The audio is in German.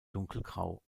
dunkelgrau